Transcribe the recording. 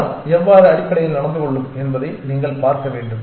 கூட்டம் எவ்வாறு அடிப்படையில் நடந்து கொள்ளும் என்பதை நீங்கள் பார்க்க வேண்டும்